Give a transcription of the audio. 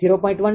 1 0